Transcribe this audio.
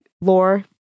lore